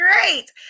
great